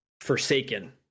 forsaken